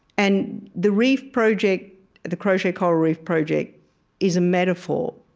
and the reef project the crochet coral reef project is a metaphor,